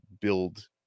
build